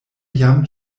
jam